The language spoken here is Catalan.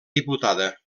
diputada